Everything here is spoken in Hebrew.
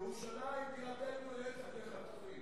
ירושלים בירתנו לנצח נצחים, מה הבעיה?